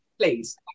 please